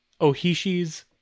Ohishi's